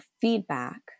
feedback